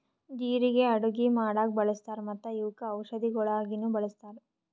ಜೀರಿಗೆ ಅಡುಗಿ ಮಾಡಾಗ್ ಬಳ್ಸತಾರ್ ಮತ್ತ ಇವುಕ್ ಔಷದಿಗೊಳಾಗಿನು ಬಳಸ್ತಾರ್